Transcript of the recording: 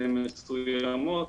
לתקופות מסוימות,